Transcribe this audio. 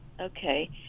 Okay